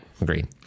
Agreed